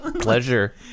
pleasure